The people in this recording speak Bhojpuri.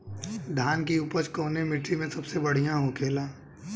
धान की उपज कवने मिट्टी में सबसे बढ़ियां होखेला?